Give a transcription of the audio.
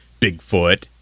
Bigfoot